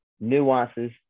nuances